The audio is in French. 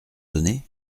donner